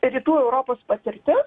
rytų europos patirtis